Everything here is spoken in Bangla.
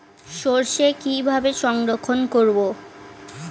সরষে কিভাবে সংরক্ষণ করব?